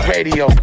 Radio